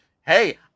hey